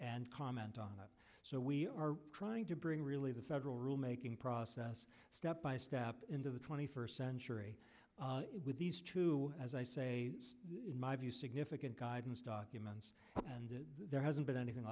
and comment on that so we are trying to bring really the federal rule making process step by step into the twenty first century with these two as i say in my view significant guidance documents and it hasn't been anything